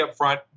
upfront